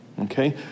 Okay